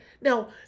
now